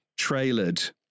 trailered